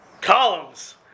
columns